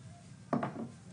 השאלה